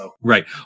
Right